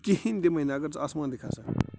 کِہیٖںٛۍ دِمٕے نہٕ اگر ژٕ آسمان تہِ کَھسکھ